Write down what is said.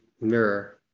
mirror